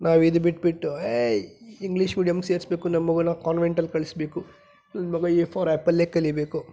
ನಾವು ಇದು ಬಿಟ್ಬಿಟ್ಟು ಏಯ್ ಇಂಗ್ಲೀಷ್ ಮೀಡಿಯಮ್ಗೆ ಸೇರಿಸ್ಬೇಕು ನಮ್ಮ ಮಗುನ ಕಾನ್ವೆಂಟಲ್ಲಿ ಕಳಿಸಬೇಕು ನನ್ನ ಮಗ ಎ ಫಾರ್ ಆ್ಯಪಲ್ಲೇ ಕಲಿಬೇಕು